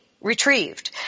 retrieved